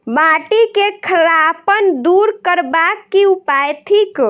माटि केँ खड़ापन दूर करबाक की उपाय थिक?